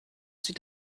sieht